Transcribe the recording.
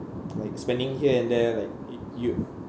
like spending here and there like y~ you